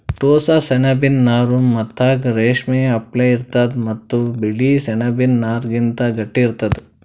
ಟೋಸ್ಸ ಸೆಣಬಿನ್ ನಾರ್ ಮೆತ್ತಗ್ ರೇಶ್ಮಿ ಅಪ್ಲೆ ಇರ್ತದ್ ಮತ್ತ್ ಬಿಳಿ ಸೆಣಬಿನ್ ನಾರ್ಗಿಂತ್ ಗಟ್ಟಿ ಇರ್ತದ್